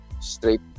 straight